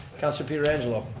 counselor pietrangelo.